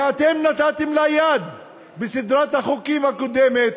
שאתם נתתם להם יד בסדרת החוקים הקודמת,